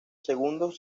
segundos